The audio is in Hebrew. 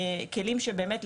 ניתנו להם כלים שבאמת,